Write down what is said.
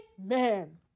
Amen